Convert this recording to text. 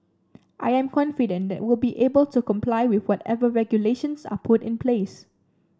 I am confident that we'll be able to comply with whatever regulations are put in place